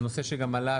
זה נושא שגם עלה,